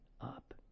Up